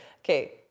Okay